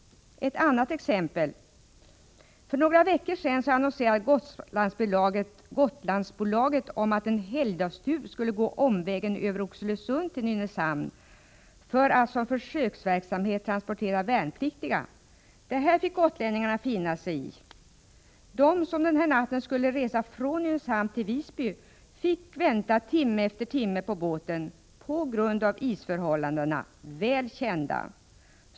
Ett annat exempel: För några veckor sedan annonserade Gotlandsbolaget om att en helgdagstur skulle gå omvägen över Oxelösund till Nynäshamn, därför att man som försöksverksamhet skulle transportera värnpliktiga denna sträcka. Det här fick gotlänningarna finna sig i. De som under natten skulle resa från Nynäshamn till Visby fick vänta timme efter timme på båten på grund av — de väl kända — isförhållandena.